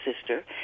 sister